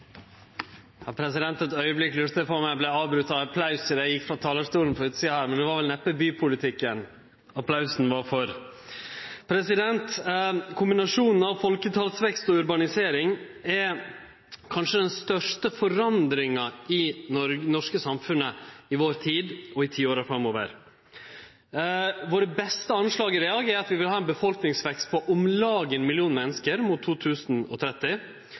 Eit augeblikk lurte eg på om eg vart avbroten av applaus frå utsida i det eg gjekk på talarstolen, men det var neppe bypolitikken applausen var for. Kombinasjonen av folketalsvekst og urbanisering er kanskje den største endringa i det norske samfunnet i vår tid og i tiåra framover. Våre beste anslag i dag er at vi vil ha ein folkevekst på om lag 1 million menneske mot 2030.